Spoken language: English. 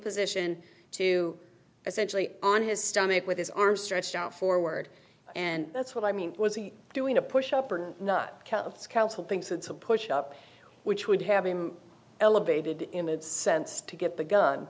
position to essentially on his stomach with his arms stretched out forward and that's what i mean was he doing a push up or not it's a push up which would have him elevated him it's sense to get the gun